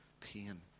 pain